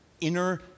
inner